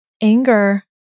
anger